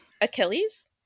Achilles